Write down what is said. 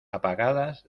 apagadas